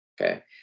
okay